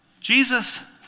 Jesus